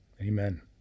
Amen